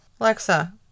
Alexa